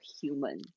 human